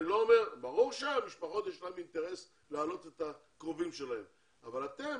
ברור שהמשפחות יש להן אינטרס להעלות את הקרובים שלהם אבל אתם